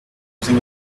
using